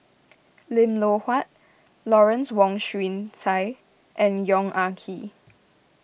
Lim Loh Huat Lawrence Wong Shyun Tsai and Yong Ah Kee